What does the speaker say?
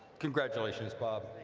congratulations bob